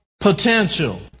potential